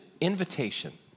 invitation